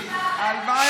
איזה רגעים,